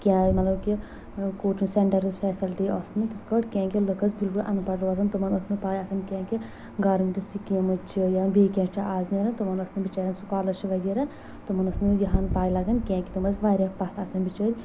کیٚاہ مطلب کہِ کوچنگ سیٚنٹرس فیٚسلٹی ٲسۍ نہٕ تَتھۍ کٲٹھۍ کیٚنٛہہ کہِ لُک ٲسۍ بِلکُل انپڑ روزان تِمَن ٲس پے آسان کیٚنٛہہ کہِ گورمنٹ سکیٖم چھےٚ یا بیٚیہِ کیٚاہ چھُ آز نیٚران تِمن أس نہٕ بچاریٚن سکالرشپ وغیرہ تِمن ٲس نہٕ یِہان پے لَگان کیٚنٛہہ تِم ٲسۍ واریاہ پَتھ آسان بِچٲرۍ